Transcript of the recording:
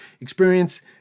experience